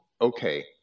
Okay